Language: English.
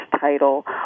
title